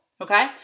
okay